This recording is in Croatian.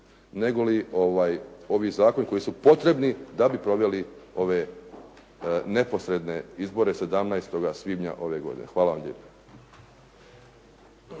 nego li ovi zakoni koji su potrebni da bi proveli ove neposredne izbore 17. svibnja ove godine. Hvala vam lijepo.